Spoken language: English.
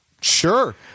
Sure